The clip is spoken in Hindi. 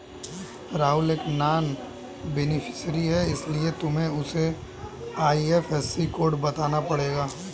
राहुल एक नॉन बेनिफिशियरी है इसीलिए तुम्हें उसे आई.एफ.एस.सी कोड बताना पड़ेगा